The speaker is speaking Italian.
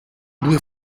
due